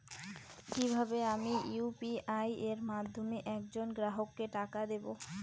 কিভাবে আমি ইউ.পি.আই এর মাধ্যমে এক জন গ্রাহককে টাকা দেবো?